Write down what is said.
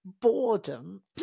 Boredom